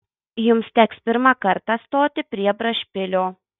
jums teks pirmą kartą stoti prie brašpilio